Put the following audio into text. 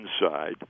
inside